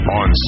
on